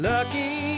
Lucky